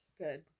good